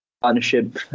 partnership